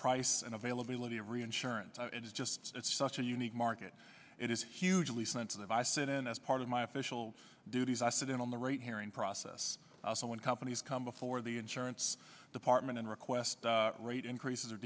price and availability of reinsurance it is just it's such a unique market it is hugely sensitive i sent n s part of my official duties i sit in on the right hearing process so when companies come before the insurance department and request rate increases or